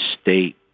state